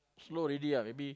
slow already ah maybe